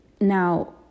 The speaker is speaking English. now